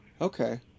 Okay